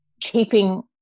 keeping